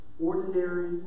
ordinary